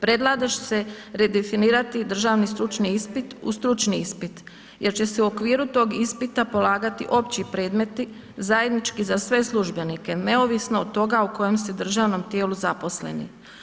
Predlaže se redefinirati državni stručni ispit u stručni ispit jer će se u okviru tog ispita polagati opći predmeti zajednički za sve službenike neovisno od toga u kojem su državnom tijelu zaposleni.